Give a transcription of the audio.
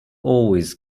always